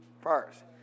first